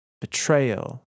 betrayal